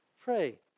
pray